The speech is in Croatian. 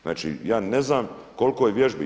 Znači ja ne znam koliko je vježbi.